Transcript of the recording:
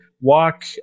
walk